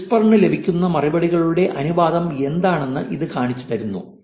വിസ്പറിന് ലഭിക്കുന്ന മറുപടികളുടെ അനുപാതം എന്താണെന്ന് ഇത് കാണിച്ചുതരുന്നു